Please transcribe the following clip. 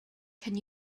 can